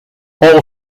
all